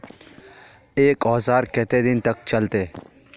एक औजार केते दिन तक चलते?